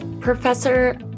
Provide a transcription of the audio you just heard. Professor